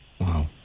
Wow